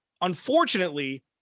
Unfortunately